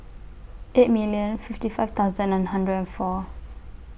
eight million fifty five thousand and hundred and four